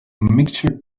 mixture